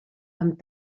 amb